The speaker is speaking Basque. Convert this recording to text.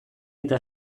eta